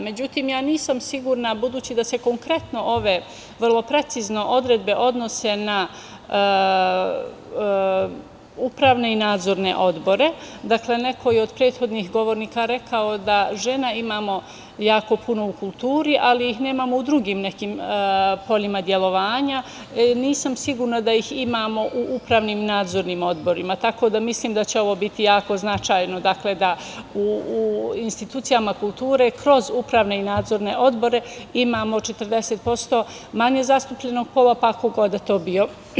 Međutim, ja nisam sigurna, budući da se konkretno ove vrlo precizno odredbe odnose na upravne i nadzorne odbore, neko je od prethodnih govornika rekao da žena imamo jako puno u kulturi, ali ih nemamo u drugim nekim poljima delovanja, nisam sigurna da ih imamo u upravnim i nadzornim odborima, tako da mislim da će ovo biti jako značajno, da u institucijama kulture kroz upravne i nadzorne odbore imamo 40% manje zastupljeno pola, pa ko god da to bio.